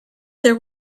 there